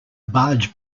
barge